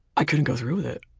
i couldn't go through with it.